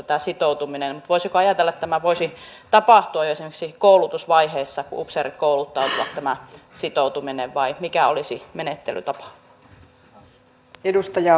voisiko ajatella että tämä sitoutuminen voisi tapahtua jo esimerkiksi koulutusvaiheessa kun upseerit kouluttautuvat vai mikä olisi menettelytapa